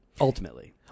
Ultimately